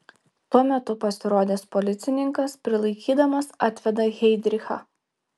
tuo metu pasirodęs policininkas prilaikydamas atveda heidrichą